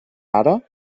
ara